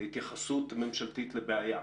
כהתייחסות ממשלתית לבעיה.